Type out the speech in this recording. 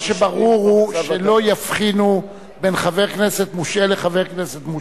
מה שברור הוא שלא יבחינו בין חבר כנסת מושעה לחבר כנסת מושעה.